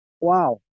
Wow